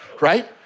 right